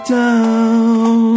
down